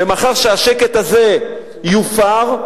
ומחר כשהשקט הזה יופר,